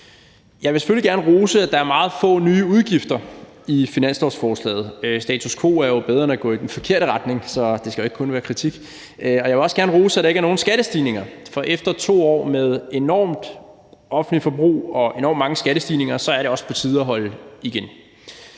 Jeg vil selvfølgelig gerne rose, at der er meget få nye udgifter i finanslovsforslaget. Status quo er jo bedre end at gå i den forkerte retning, så det skal ikke kun være kritik. Og jeg vil også gerne rose for, at der ikke er nogen skattestigninger, for efter 2 år med et enormt offentligt forbrug og enormt mange skattestigninger, er det også på tide at holde igen.